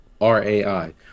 Rai